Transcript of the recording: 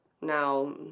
now